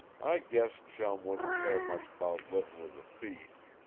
i guess chum wouldn't care much bout livin with a thief.